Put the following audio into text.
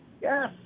yes